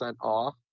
off